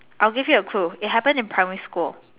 I will give you a clue it happen in primary school